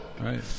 right